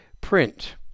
print